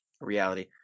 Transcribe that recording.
reality